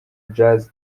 jazz